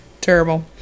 Terrible